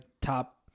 top